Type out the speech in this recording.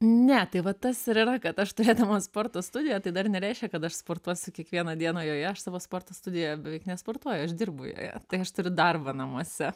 ne tai va tas ir yra kad aš turėdama sporto studiją tai dar nereiškia kad aš sportuosiu kiekvieną dieną joje aš savo sporto studijoje beveik nesportuoja aš dirbu joje tai aš turiu darbą namuose